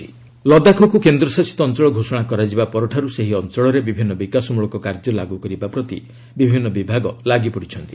development କେକେ ଲଦାଖ୍କୁ କେନ୍ଦ୍ରଶାସିତ ଅଞ୍ଚଳ ଘୋଷଣା କରାଯିବା ପରଠାରୁ ସେହି ଅଞ୍ଚଳରେ ବିଭିନ୍ନ ବିକାଶମୂଳକ କାର୍ଯ୍ୟ ଲାଗୁ କରିବା ପ୍ରତି ବିଭିନ୍ନ ବିଭାଗ ଲାଗିପଡ଼ିଛନ୍ତି